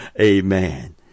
amen